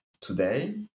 today